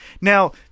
now